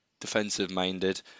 defensive-minded